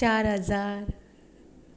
चार हजार